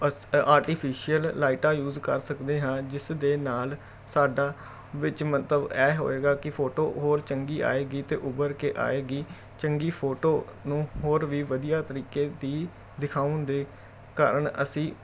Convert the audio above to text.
ਅਸ ਅ ਆਰਟੀਫਿਸ਼ੀਅਲ ਲਾਈਟਾਂ ਯੂਜ਼ ਕਰ ਸਕਦੇ ਹਾਂ ਜਿਸ ਦੇ ਨਾਲ ਸਾਡਾ ਵਿੱਚ ਮਹੱਤਵ ਇਹ ਹੋਵੇਗਾ ਕਿ ਫੋਟੋ ਹੋਰ ਚੰਗੀ ਆਵੇਗੀ ਅਤੇ ਉਭਰ ਕੇ ਆਵੇਗੀ ਚੰਗੀ ਫੋਟੋ ਨੂੰ ਹੋਰ ਵੀ ਵਧੀਆ ਤਰੀਕੇ ਦੀ ਦਿਖਾਉਣ ਦੇ ਕਾਰਨ ਅਸੀਂ